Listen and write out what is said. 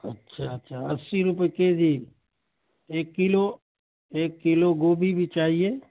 اچھا اچھا اسی روپے کے جی ایک کلو ایک کلو گوبھی بھی چاہیے